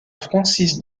francis